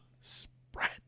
spread